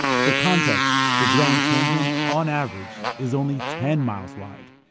for context, the grand canyon, on average, is only ten miles wide.